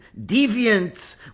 deviant